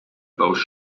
both